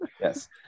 Yes